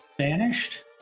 vanished